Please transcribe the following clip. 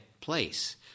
place